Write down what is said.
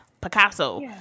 Picasso